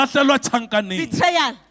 Betrayal